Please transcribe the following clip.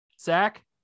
Zach